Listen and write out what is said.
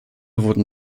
wurden